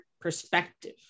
perspective